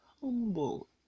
humble